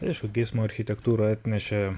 aišku geismo architektūrą atnešė